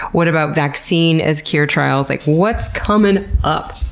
what about vaccine-as-cure trials? like what's coming up?